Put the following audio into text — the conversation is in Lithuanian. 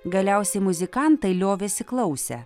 galiausiai muzikantai liovėsi klausę